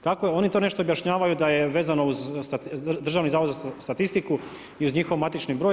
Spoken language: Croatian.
Kako je, oni to nešto objašnjavaju da je vezano uz Državni zavod za statistiku i uz njihov matični broj.